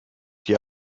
die